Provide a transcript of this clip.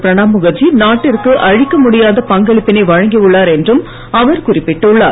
பிரணாப் முகர்ஜி நாட்டிற்கு அழிக்க முடியாத பங்களிப்பினை வழங்கி உள்ளார் என்றும் அவர் குறிப்பிட்டுள்ளார்